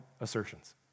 assertions